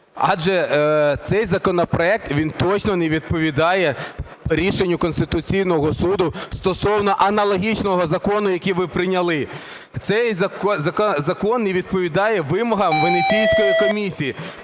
Адже цей законопроект, він точно не відповідає рішенню Конституційного Суду стосовно аналогічного закону, який ви прийняли. Цей закон не відповідає вимогам Венеційської комісії.